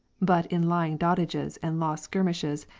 but in lying dotages and law-skirmishes,